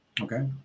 okay